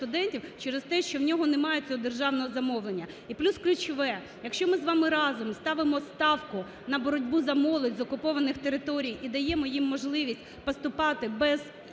через те, що у нього немає цього державного замовлення. І плюс ключове. Якщо ми з вами разом ставимо ставку на боротьбу за молодь з окупованих територій і даємо їм можливість поступати без